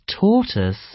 tortoise